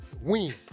Win